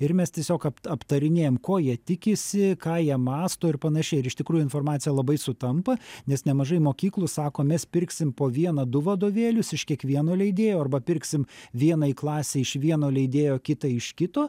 ir mes tiesiog aptarinėjam ko jie tikisi ką jie mąsto ir panašiai ir iš tikrųjų informacija labai sutampa nes nemažai mokyklų sako mes pirksim po vieną du vadovėlius iš kiekvieno leidėjo arba pirksim vienai klasei iš vieno leidėjo kitą iš kito